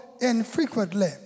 infrequently